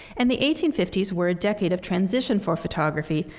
and the eighteen fifty s were a decade of transition for photography,